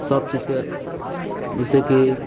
सब चीजके जाहिसँ कि